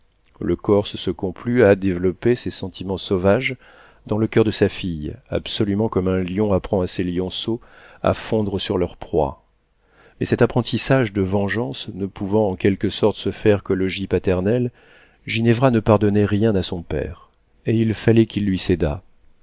le corse se complut à développer ces sentiments sauvages dans le coeur de sa fille absolument comme un lion apprend à ses lionceaux à fondre sur leur proie mais cet apprentissage de vengeance ne pouvant en quelque sorte se faire qu'au logis paternel ginevra ne pardonnait rien à son père et il fallait qu'il lui cédât